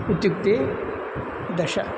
इत्युक्ते दश